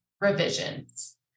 revisions